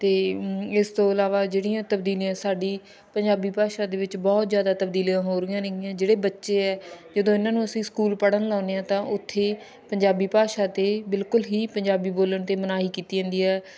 ਅਤੇ ਇਸ ਤੋਂ ਇਲਾਵਾ ਜਿਹੜੀਆਂ ਤਬਦੀਲੀਆਂ ਸਾਡੀ ਪੰਜਾਬੀ ਭਾਸ਼ਾ ਦੇ ਵਿੱਚ ਬਹੁਤ ਜ਼ਿਆਦਾ ਤਬਦੀਲੀਆਂ ਹੋ ਰਹੀਆਂ ਹੈਗੀਆਂ ਜਿਹੜੇ ਬੱਚੇ ਹੈ ਜਦੋਂ ਇਹਨਾਂ ਨੂੰ ਅਸੀਂ ਸਕੂਲ ਪੜ੍ਹਨ ਲਾਉਂਦੇ ਹਾਂ ਤਾਂ ਉੱਥੇ ਪੰਜਾਬੀ ਭਾਸ਼ਾ 'ਤੇ ਬਿਲਕੁਲ ਹੀ ਪੰਜਾਬੀ ਬੋਲਣ 'ਤੇ ਮਨਾਹੀ ਕੀਤੀ ਜਾਂਦੀ ਹੈ